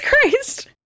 Christ